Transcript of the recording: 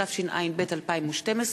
התשע"ב 2012,